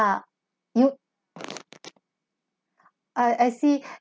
ah you uh I see